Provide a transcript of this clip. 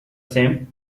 same